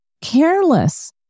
careless